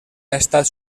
estat